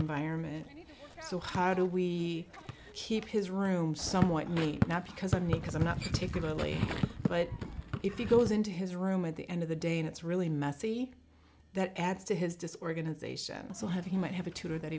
environment so how do we keep his room somewhat me not because i mean because i'm not particularly but if he goes into his room at the end of the day and it's really messy that adds to his disorganization so have you might have a tutor that